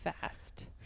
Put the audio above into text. fast